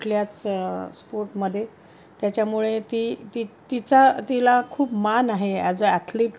कुठल्याच स्पोर्टमध्ये त्याच्यामुळे ती ती तिचा तिला खूप मान आहे ॲज अ ॲथलीट